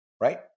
right